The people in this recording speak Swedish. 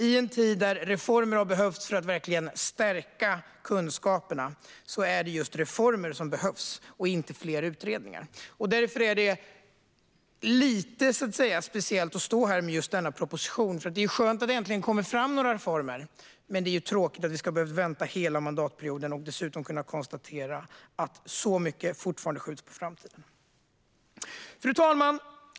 I en tid då det som behövs är att verkligen stärka kunskaperna behövs reformer och inte fler utredningar. Därför är det lite speciellt att stå här med just denna proposition. Det är skönt att det äntligen kommer reformer, men det är tråkigt att vi behövt vänta hela mandatperioden och dessutom kan konstatera att mycket fortfarande skjuts på framtiden. Fru talman!